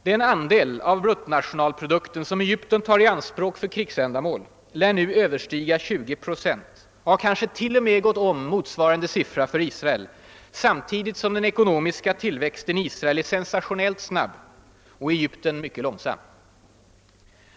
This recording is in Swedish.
Den andel av bruttonationalprodukten som Egypten tar i anspråk för krigsändamål lär nu överstiga 20 procent och har kanske t.o.m. gått förbi motsvarande siffra för Israel, samtidigt som den ekonomiska tillväxten i Israel är sensationellt snabb och i Egypten mycket långsam.